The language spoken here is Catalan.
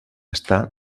està